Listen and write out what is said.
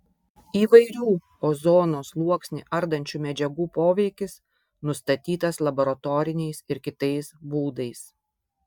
įvairių ozono sluoksnį ardančių medžiagų poveikis nustatytas laboratoriniais ir kitais būdais